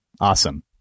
awesome